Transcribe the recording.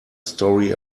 story